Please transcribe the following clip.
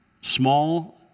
small